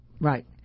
Right